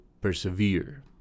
persevere